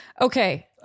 Okay